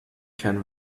can